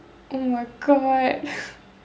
oh my god